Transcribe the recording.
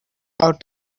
out